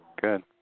Good